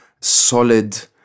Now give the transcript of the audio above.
solid